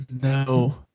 No